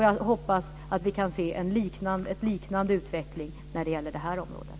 Jag hoppas att vi kan se en liknande utveckling på det här området.